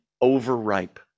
overripe